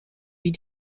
wie